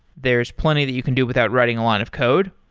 there's plenty that you can do without writing a lot of code,